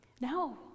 No